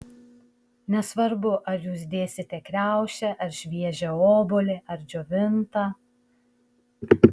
nesvarbu ar jūs dėsite kriaušę ar šviežią obuolį ar džiovintą